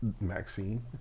Maxine